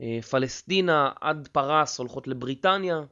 פלסטינה עד פרס הולכות לבריטניה.